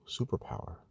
superpower